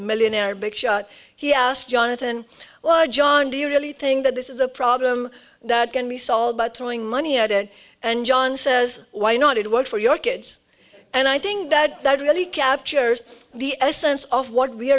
millionaire big shot he asked jonathan well john do you really think that this is a problem that can be solved by throwing money at it and john says why not it work for your kids and i think that that really captures the essence of what we